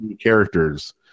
characters